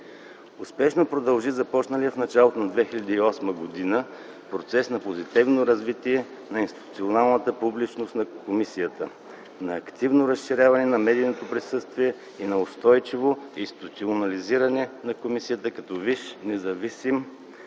Успешно продължи започналият в началото на 2008 г. процес на позитивно развитие на институционалната публичност на комисията, на активно разширяване на медийното присъствие и на устойчиво институционализиране на комисията като висш, независим